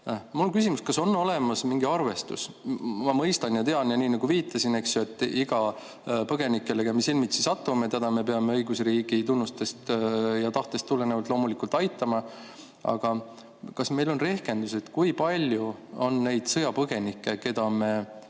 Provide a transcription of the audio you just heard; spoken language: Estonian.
Mul on küsimus, kas on olemas mingi arvestus. Ma mõistan ja tean seda ning nii nagu ma viitasin, et iga põgenikku, kellega me silmitsi satume, me peame õigusriigi tunnustest ja tahtest tulenevalt loomulikult aitama. Aga kas meil on rehkendused, kui palju on neid sõjapõgenikke, keda me